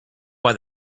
why